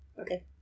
Okay